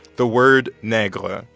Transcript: the word negre,